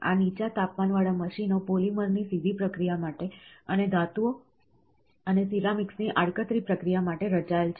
આ નીચા તાપમાનવાળા મશીનો પોલિમરની સીધી પ્રક્રિયા માટે અને ધાતુઓ અને સિરામિક્સની આડકતરી પ્રક્રિયા માટે રચાયેલ છે